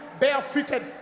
barefooted